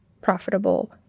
profitable